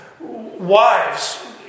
Wives